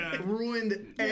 ruined